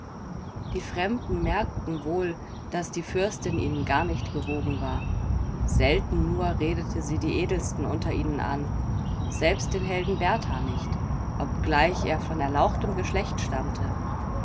die fremden merkten wohl daß die fürstin ihnen gar nicht gewogen war selten nur redete sie die edelsten unter ihnen an selbst den helden berthar nicht obgleich er von erlauchtem geschlecht stammte